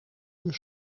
uur